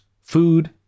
food